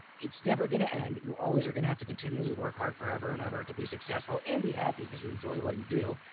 it's never going to end. you always are going to have to continually work hard forever and ever to be successful and be happy cause you enjoy what you do.